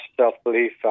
self-belief